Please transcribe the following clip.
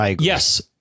Yes